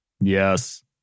Yes